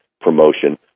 promotion